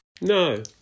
No